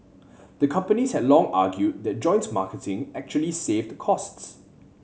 the companies had long argued that joint marketing actually saved costs